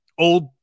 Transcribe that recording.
Old